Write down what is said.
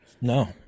No